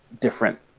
different